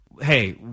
hey